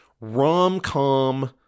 Rom-com